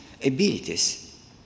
abilities